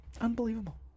Unbelievable